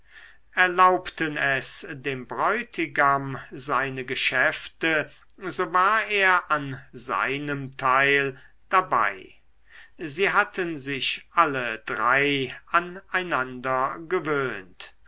erlaubten es dem bräutigam seine geschäfte so war er an seinem teil dabei sie hatten sich alle drei an einander gewöhnt